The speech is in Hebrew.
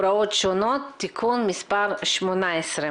(הוראת שעה) (תיקון מס' 18),